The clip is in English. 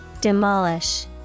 Demolish